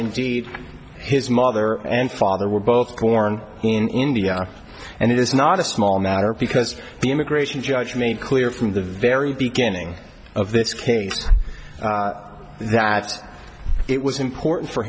indeed his mother and father were both born in india and it is not a small matter because the immigration judge made clear from the very beginning of this case that it was important for